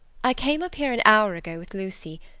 i came up here an hour ago with lucy,